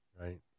right